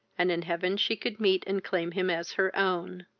and in heaven she could meet and claim him as her own.